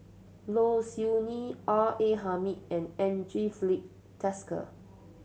Low Siew Nghee R A Hamid and Andre Filipe Desker